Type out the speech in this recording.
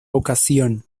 ocasión